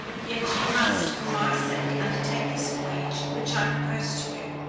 yet you must for my sake undertake this voyage which i propose to you.